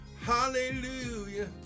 hallelujah